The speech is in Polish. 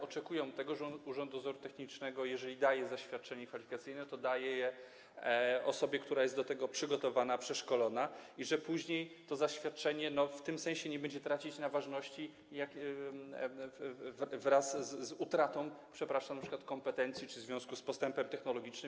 Oczekują tego, że Urząd Dozoru Technicznego, jeżeli daje zaświadczenie kwalifikacyjne, to daje je osobie, która jest do tego przygotowana, przeszkolona, że później to zaświadczenie w tym sensie nie będzie tracić na ważności wraz z utratą, przepraszam, np. kompetencji czy w związku z postępem technologicznym.